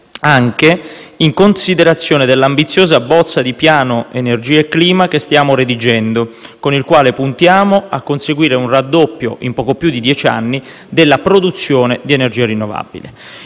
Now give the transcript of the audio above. anche in considerazione dell'ambiziosa bozza di Piano energia e clima che stiamo redigendo, con il quale puntiamo a conseguire un raddoppio in poco più di dieci anni della produzione di energia rinnovabile.